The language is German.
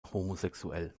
homosexuell